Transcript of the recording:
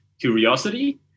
curiosity